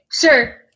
Sure